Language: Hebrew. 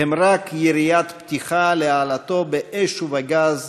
הם רק יריית פתיחה להעלאתו באש ובגז